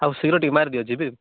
ଆଉ ଶୀଘ୍ର ଟିକେ ମାରିଦିଅ ଯିବି